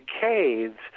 caves